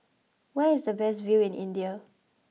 where is the best view in India